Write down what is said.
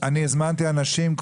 סליחה, אני הזמנתי אנשים.